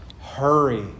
Hurry